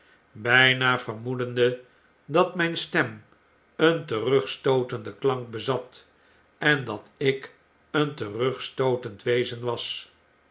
bijna vermoedende dat myn stem een terugstootenden klank bezat en dat ik een terugstootend wezen was